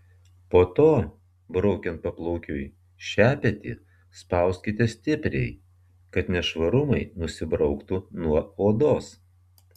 po to braukiant paplaukiui šepetį spauskite stipriai kad nešvarumai nusibrauktų nuo odos